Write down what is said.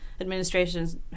administration's